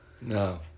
no